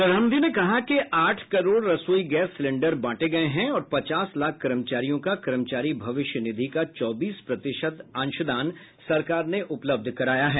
प्रधानमंत्री ने कहा कि आठ करोड़ रसोई गैस सिलेन्डर बांटे गये हैं और पचास लाख कर्मचारियों का कर्मचारी भविष्य निधि का चौबीस प्रतिशत अंशदान सरकार ने उपलब्ध कराया है